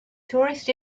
tourist